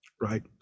Right